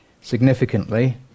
Significantly